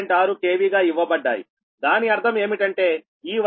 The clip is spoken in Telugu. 6 KV గా ఇవ్వబడ్డాయి దాని అర్థం ఏమిటంటే ఈ వైపు మీరు 6